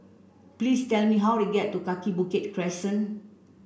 please tell me how to get to Kaki Bukit Crescent